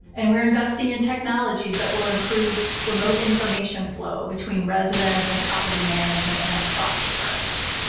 and we're investing in technologies that will improve remote information flow between residents and property management and across departments,